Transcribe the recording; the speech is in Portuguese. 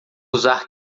usar